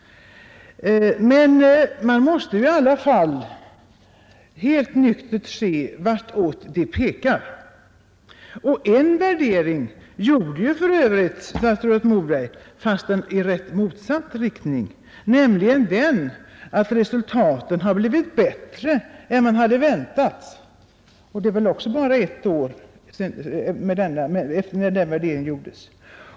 Men man måste i alla fall helt nyktert se vartåt det pekar. En värdering gjorde ju för övrigt statsrådet Moberg fast i rakt motsatt riktning, nämligen den att resultaten har blivit bättre än man hade väntat. Den värderingen gjordes väl också efter bara ett år.